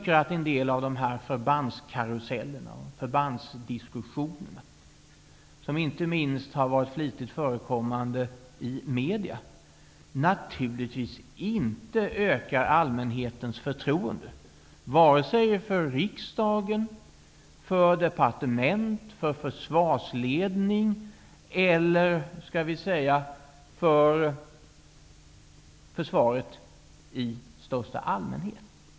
En del av förbandskarusellerna och förbandsdiskussionerna, som inte minst har varit flitigt förekommande i media, ökar naturligtvis inte allmänhetens förtroende, vare sig för riksdagen, för departement, för försvarsledning eller skall vi säga för försvaret i största allmänhet.